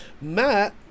Matt